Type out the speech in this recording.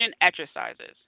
exercises